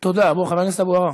תודה, חבר הכנסת אבו עראר.